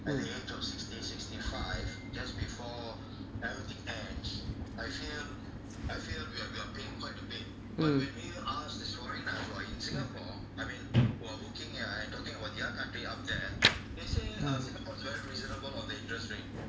mm mm mm